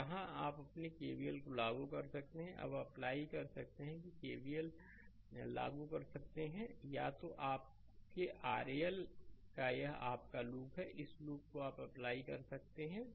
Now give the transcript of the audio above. तो यहां आप अपने केबीएल को लागू कर सकते हैं आप अप्लाई कर सकते हैं आप केबीएल लागू कर सकते हैं या तो यह आपके RL यह आपका लूप है इस लूप को आप अप्लाई कर सकते हैं